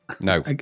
No